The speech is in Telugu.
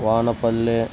వానపల్లె